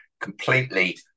completely